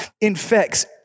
infects